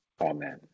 Amen